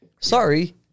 Sorry